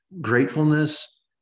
Gratefulness